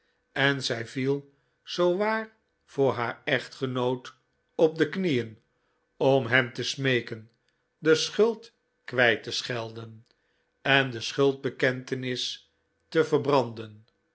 en zij viel zoowaar voor haar echtgenoot op de knieen om hem te smeeken de schuld kwijt te schelden en de schuldbekentenis te verbranden